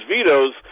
vetoes